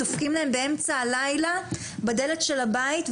דופקים להם באמצע הלילה בדלת של הבית,